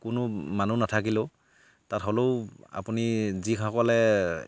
কোনো মানুহ নাথাকিলেও তাত হ'লেও আপুনি যিসকলে